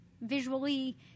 visually